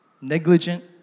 negligent